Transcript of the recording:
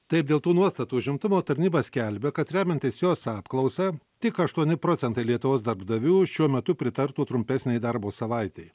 taip dėl tų nuostatų užimtumo tarnyba skelbia kad remiantis jos apklausa tik aštuoni procentai lietuvos darbdavių šiuo metu pritartų trumpesnei darbo savaitei